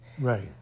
Right